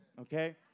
okay